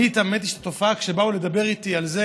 האמת היא שכשבאו לדבר איתי על זה,